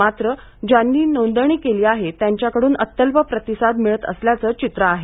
मात्र ज्यांनी नोंदणी केली आहे त्यांच्याकडुन अत्यल्प प्रतिसाद मिळत असल्याचं चित्र आहे